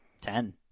ten